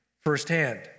firsthand